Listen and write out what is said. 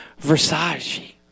Versace